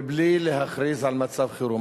מבלי להכריז על מצב חירום.